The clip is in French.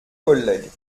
collègues